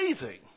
amazing